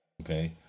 Okay